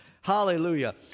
Hallelujah